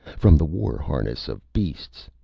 from the war-harness of beasts,